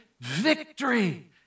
victory